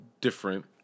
different